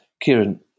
Kieran